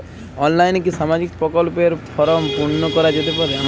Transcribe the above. অনলাইনে কি সামাজিক প্রকল্পর ফর্ম পূর্ন করা যেতে পারে?